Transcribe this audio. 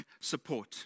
support